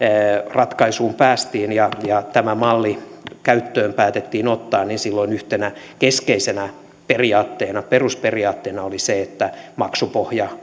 ratkaisuun päästiin ja ja tämä malli käyttöön päätettiin ottaa silloin yhtenä keskeisenä periaatteena perusperiaatteena oli se että maksupohja